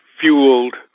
fueled